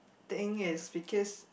thing is because